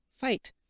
fight